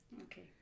Okay